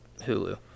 Hulu